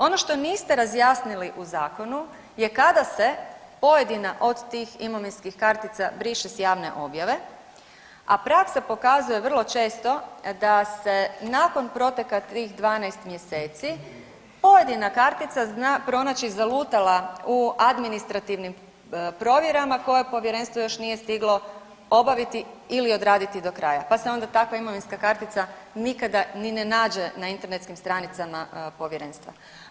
Ono što niste razjasnili u zakonu je kada se pojedina od tih imovinskih kartica briše s javne objave, a praksa pokazuje vrlo često da se nakon protekla tih 12 mjeseci pojedina kartica zna pronaći zalutala u administrativnim provjerama koje povjerenstvo još nije stiglo obaviti ili odraditi do kraja, pa se onda takva imovinska kartica nikada ni ne nađe na internetskim stranicama povjerenstva.